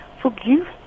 Forgive